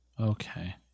Okay